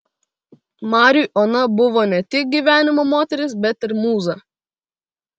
mariui ona buvo ne tik gyvenimo moteris bet ir mūza